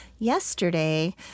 Yesterday